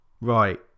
Right